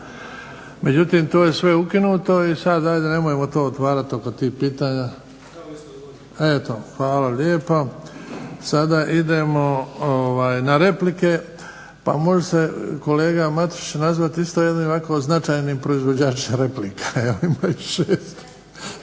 Nikšića, to je sve ukinuto, ajde sada nemojmo otvarati oko tih pitanja, evo, hvala lijepa. Sada idemo na replike pa može se kolega Matušić nazvati jednim značajnim proizvođačem replika. Ima ih 6.